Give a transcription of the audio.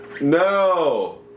No